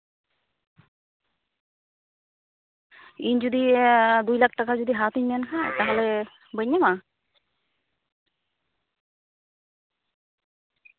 ᱤᱧ ᱡᱩᱫᱤ ᱫᱩᱭ ᱞᱟᱠᱷ ᱴᱟᱠᱟ ᱡᱩᱫᱤ ᱦᱟᱛᱤᱧ ᱢᱮᱱ ᱠᱷᱟᱡ ᱛᱟᱦᱚᱞᱮ ᱵᱟᱹᱧ ᱧᱟᱢᱟ